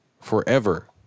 forever